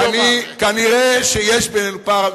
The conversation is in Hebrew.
כנראה יש בינינו פער,